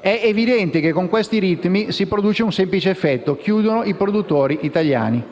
totale. Con questi ritmi si produce un semplice effetto: chiudono i produttori italiani.